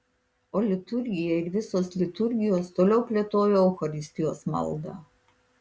o liturgija ir visos liturgijos toliau plėtojo eucharistijos maldą